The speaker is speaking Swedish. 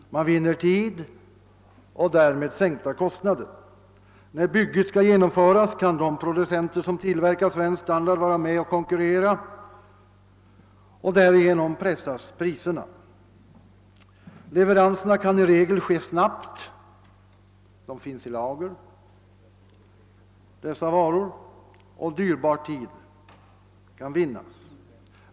Man vinner tid och därmed sänkta kostnader. När bygget skall genomföras kan de producenter som tillverkar svensk standard vara med och konkurrera och därigenom pressas priserna. Leveranserna kan i regel ske snabbt — varorna finns i lager — och dyrbar tid kan vinnas.